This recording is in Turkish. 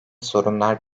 sorunlar